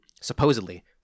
supposedly